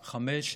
17:00,